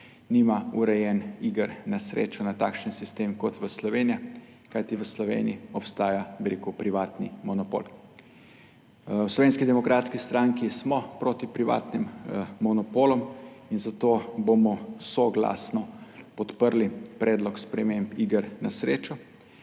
nima urejenih iger na srečo na takšen sistem, kot ima Slovenija, kajti v Sloveniji obstaja privatni monopol. V Slovenski demokratski stranki smo proti privatnim monopolom in zato bomo soglasno podprli predlog sprememb zakona o